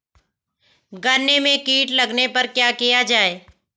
गन्ने में कीट लगने पर क्या किया जाये?